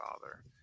father